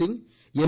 Singh M